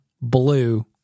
blue